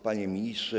Panie Ministrze!